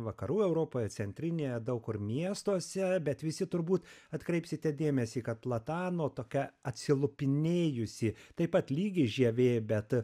vakarų europoje centrinėje daug kur miestuose bet visi turbūt atkreipsite dėmesį kad platano tokia atsilupinėjusi taip pat lygi žievė bet